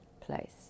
place